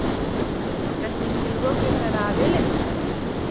मोटरसाइकिलवो के करावे ल हेकै?